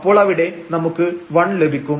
അപ്പോൾ അവിടെ നമുക്ക് 1 ലഭിക്കും